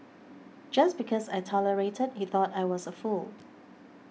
just because I tolerated he thought I was a fool